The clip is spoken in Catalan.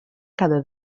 cada